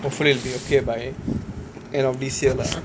hoepfully it'll be okay by end of this year lah